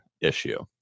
issue